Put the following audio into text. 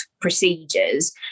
procedures